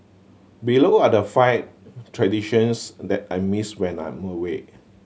below are the five traditions that I miss when I'm away